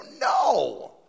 No